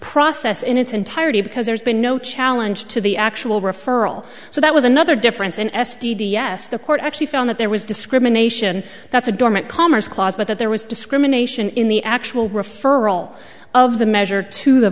process in its entirety because there's been no challenge to the actual referral so that was another difference an s t d yes the court actually found that there was discrimination that's a dormant commerce clause but that there was discrimination in the actual referral of the measure to the